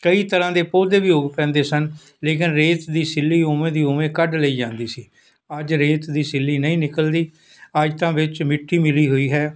ਕਈ ਤਰ੍ਹਾਂ ਦੇ ਪੌਦੇ ਵੀ ਉੱਗ ਪੈਂਦੇ ਸਨ ਲੇਕਿਨ ਰੇਤ ਦੀ ਸਿੱਲੀ ਉਵੇਂ ਦੀ ਉਵੇਂ ਕੱਢ ਲਈ ਜਾਂਦੀ ਸੀ ਅੱਜ ਰੇਤ ਦੀ ਸਿੱਲੀ ਨਹੀਂ ਨਿਕਲਦੀ ਅੱਜ ਤਾਂ ਵਿੱਚ ਮਿੱਟੀ ਮਿਲੀ ਹੋਈ ਹੈ